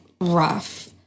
rough